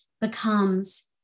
becomes